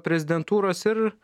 prezidentūros ir